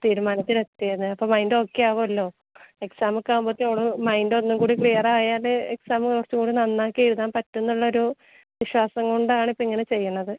തീരുമാനത്തിലെത്തിയത് അപ്പം മൈൻഡോക്കെയാവൂലോ എക്സമൊക്കെ ആമ്പത്തേന് അവൾ മൈൻഡൊന്നും കൂടെ ക്ലിയർ ആയാൽ എക്സാമ് കുറച്ച്കൂടി നന്നാക്കി എഴുതാൻ പറ്റുന്നുള്ളൊരു വിശ്വസം കൊണ്ടാണ് ഇപ്പം ഇങ്ങനെ ചെയ്യുന്നത്